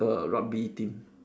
err rugby team